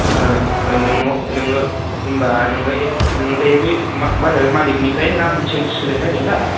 नोंनाव नोङो होनबा नोङो दायो बै मा होनो मालिकनिफ्राय नाम चेन्ज सोलायनो नागिरदों दा